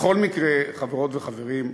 בכל מקרה, חברות וחברים,